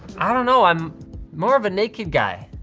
i don't know, i'm more of a naked guy.